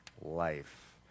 life